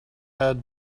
had